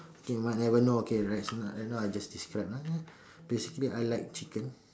okay might never know okay now I just describe ah basically I like chicken